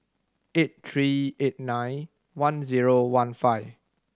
eight three eight nine one zero one five